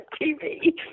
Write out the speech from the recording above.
TV